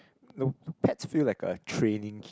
no pets feel like a training